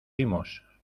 dimos